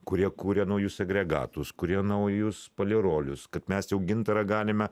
kurie kuria naujus agregatus kuria naujus palirolius kad mes jau gintarą galime